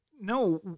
No